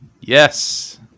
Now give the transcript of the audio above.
Yes